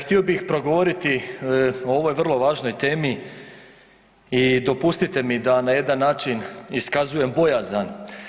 Htio bih progovoriti o ovoj vrlo važnoj temi i dopustite mi da na jedan način iskazujem bojazan.